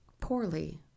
poorly